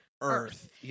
Earth